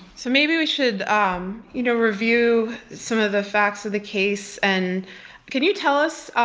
so maybe we should um you know review some of the facts of the case. and can you tell us,